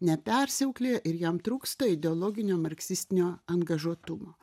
nepersiauklėja ir jam trūksta ideologinio marksistinio angažuotumo